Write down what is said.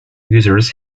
users